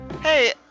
Hey